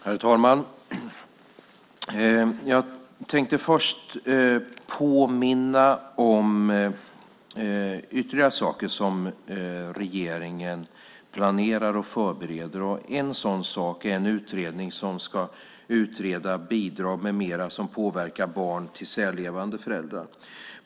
Herr talman! Jag vill först påminna om ytterligare saker som regeringen planerar och förbereder. En sådan sak är en utredning som ska utreda bidrag med mera som påverkar barn till särlevande föräldrar.